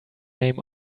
name